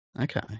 Okay